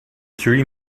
three